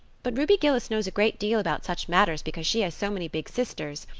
but ruby gillis knows a great deal about such matters because she has so many big sisters,